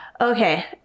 Okay